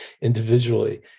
individually